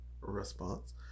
response